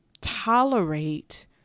tolerate